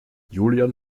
julian